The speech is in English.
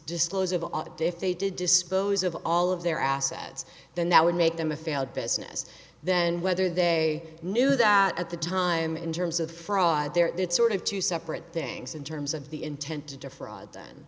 disclose of all the diff they did dispose of all of their assets then that would make them a failed business then whether they knew that at the time in terms of fraud there it's sort of two separate things in terms of the intent to defraud